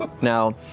Now